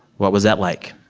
what was that like?